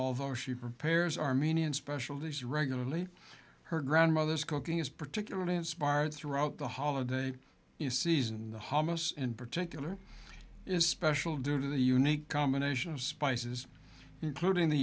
although she prepares armenian specialities regularly her grandmother's cooking is particularly inspired throughout the holiday season the hummus in particular is special due to the unique combination of spices including the